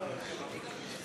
(תיקון,